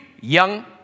young